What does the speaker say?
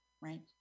right